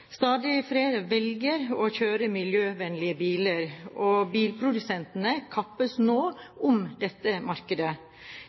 Stadig flere velger å kjøre miljøvennlige biler, og bilprodusentene kappes nå